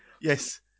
Yes